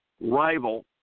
rival